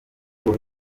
ngo